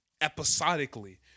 episodically